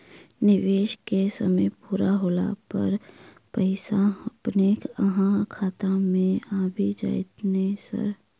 निवेश केँ समय पूरा होला पर पैसा अपने अहाँ खाता मे आबि जाइत नै सर?